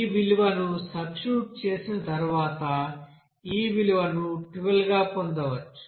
ఈ విలువను సబ్స్టిట్యూట్ చేసిన తర్వాత ఈ విలువను 12 గా పొందవచ్చు